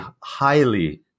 highly